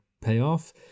payoff